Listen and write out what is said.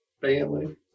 family